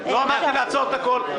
לא אמרתי לעצור את הכול.